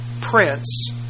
prince